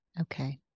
Okay